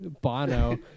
Bono